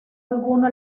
alguno